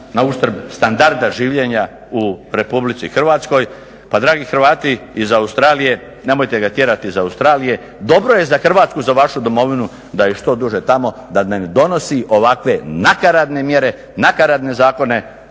na uštrb standarda življenja u Republici Hrvatskoj. Pa dragi Hrvati iz Australije nemojte ga tjerati iz Australije, dobro je za Hrvatsku, za vašu Domovinu da je što duže tamo da ne donosi ovakve nakaradne mjere, nakaradne zakone